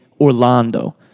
Orlando